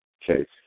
case